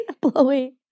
Blowy